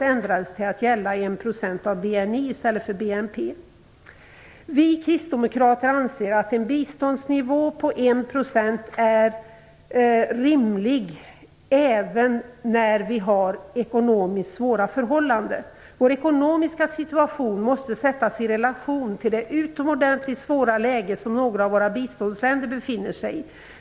BNI i stället för av BNP. Vi kristdemokrater anser att en biståndsnivå på 1 % är rimlig även under ekonomiskt svåra förhållanden. Vår ekonomiska situation måste sättas i relation till det utomordentligt svåra läge som några av våra biståndsländer befinner sig i.